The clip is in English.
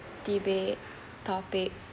debate topic